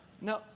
No